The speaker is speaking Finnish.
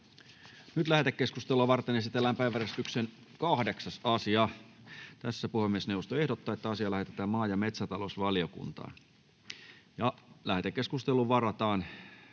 Lähetekeskustelua varten esitellään päiväjärjestyksen 9. asia. Puhemiesneuvosto ehdottaa, että asia lähetetään maa- ja metsätalousvaliokuntaan. Lähetekeskusteluun varataan